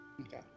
Okay